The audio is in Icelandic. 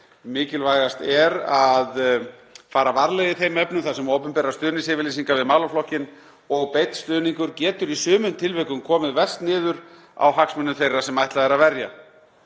Mikilvægast er að fara varlega í þeim efnum þar sem opinberar stuðningsyfirlýsingar við málaflokkinn og beinn stuðningur getur í sumum tilvikum komið verst niður á hagsmunum þeirra sem ætlað er að verja.